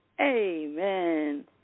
Amen